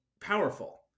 powerful